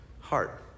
heart